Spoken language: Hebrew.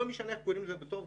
לא משנה איך קוראים לזה בסוף,